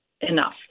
enough